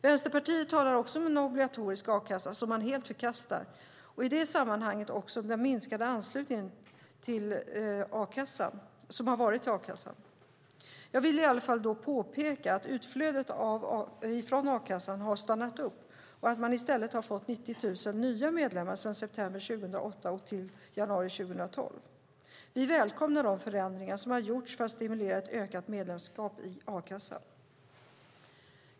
Vänsterpartiet talar också om en obligatorisk a-kassa - som man helt förkastar - och i det sammanhanget också om den minskade anslutningen som varit till a-kassan. Jag vill då påpeka att utflödet från a-kassan har stannat upp och att man i stället har fått 90 000 nya medlemmar från september 2008 till januari 2012. Vi välkomnar de förändringar som har gjorts för att stimulera till ett ökat medlemskap i a-kassan.